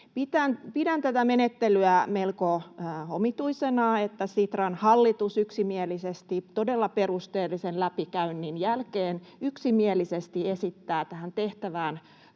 pidän tätä menettelyä melko omituisena, että Sitran hallitus todella perusteellisen läpikäynnin jälkeen yksimielisesti esittää tähän tehtävään